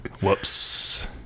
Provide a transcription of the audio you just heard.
whoops